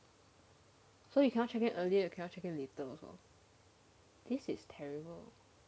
so you cannot check earlier you cannot check in later also this is terrible